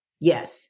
Yes